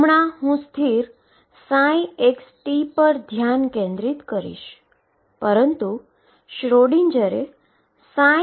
જે eigen value En માટે boundary કંડીશનને સંતોષે છે